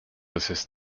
assist